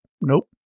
Nope